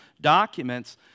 documents